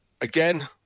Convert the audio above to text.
again